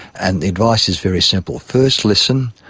and the advice is very simple. first listen,